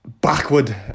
Backward